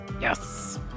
Yes